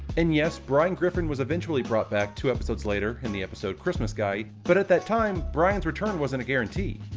and yes, brian griffin was eventually brought back two episodes later, in the episode christmas guy, but at that time brian's return wasn't a guarantee.